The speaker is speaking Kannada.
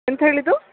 ಎಂತ ಹೇಳಿದ್ದು